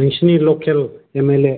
नोंसिनि लकेल M L ए